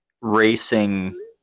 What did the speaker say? racing